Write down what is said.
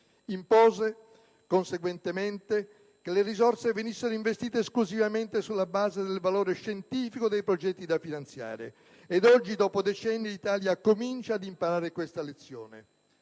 Impose, conseguentemente, che le risorse venissero investite esclusivamente sulla base del valore scientifico dei progetti da finanziare. Oggi, dopo decenni, l'Italia comincia ad imparare questa lezione.